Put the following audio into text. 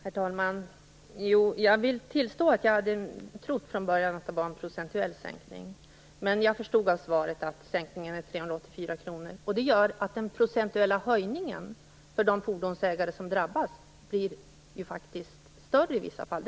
Herr talman! Jag vill tillstå att jag från början hade trott att det var en procentuell sänkning, men jag förstod av svaret att sänkningen var 384 kr. Det gör att den procentuella höjningen för de fordonsägare som drabbas faktiskt blir större i vissa fall.